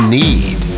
need